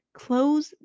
close